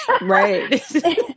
Right